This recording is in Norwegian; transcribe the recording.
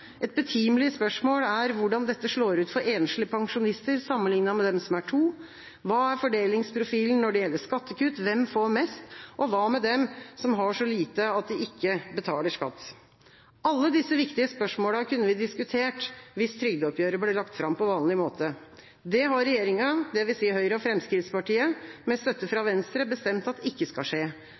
Et betimelig spørsmål er hvordan dette slår ut for enslige pensjonister sammenlignet med dem som er to? Hva er fordelingsprofilen når det gjelder skattekutt? Hvem får mest? Og hva med dem som har så lite at de ikke betaler skatt? Alle disse viktige spørsmålene kunne vi diskutert hvis trygdeoppgjøret ble lagt fram på vanlig måte. Det har regjeringa, dvs. Høyre og Fremskrittspartiet med støtte fra Venstre, bestemt at ikke skal skje